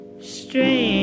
Strange